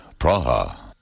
Praha